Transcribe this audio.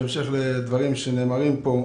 בהמשך לדברים שנאמרים פה,